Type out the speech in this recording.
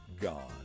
gone